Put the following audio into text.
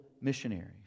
missionaries